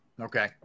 Okay